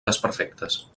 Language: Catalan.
desperfectes